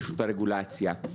רשות הרגולציה.